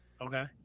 okay